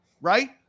right